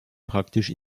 praktisch